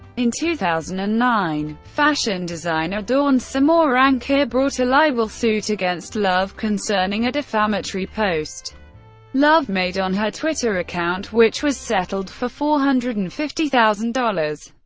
in two thousand and nine, fashion designer dawn simorangkir brought a libel suit against love concerning a defamatory post love made on her twitter account, which was settled for four hundred and fifty thousand dollars.